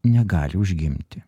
negali užgimti